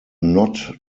not